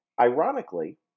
Ironically